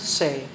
say